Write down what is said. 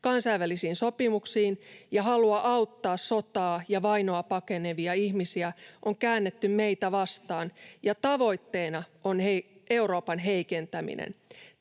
kansainvälisiin sopimuksiin ja halua auttaa sotaa ja vainoa pakenevia ihmisiä on käännetty meitä vastaan, ja tavoitteena on Euroopan heikentäminen.